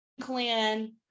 Clan